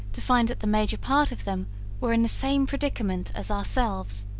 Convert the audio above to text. to find that the major part of them were in the same predicament as ourselves!